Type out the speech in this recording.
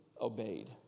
obeyed